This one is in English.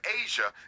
asia